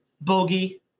Bogey